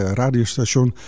radiostation